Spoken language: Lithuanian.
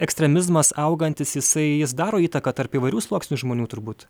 ekstremizmas augantis jisai jis daro įtaką tarp įvairių sluoksnių žmonių turbūt